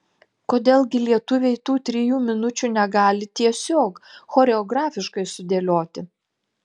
kodėl gi lietuviai tų trijų minučių negali tiesiog choreografiškai sudėlioti